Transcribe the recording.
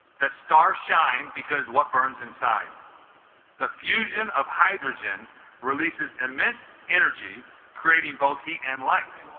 that star shine because what burns inside the fusion of hydrogen releases immense energy creating both heat and light